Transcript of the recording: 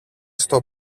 στο